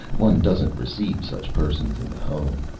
one doesn't receive such persons in the home.